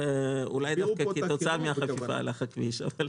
אולי דווקא כתוצאה מן החפיפה הלך הכביש...